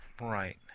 Right